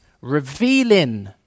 revealing